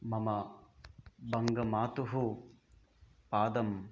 मम बङ्गमातुः पादम्